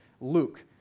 Luke